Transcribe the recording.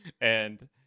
and-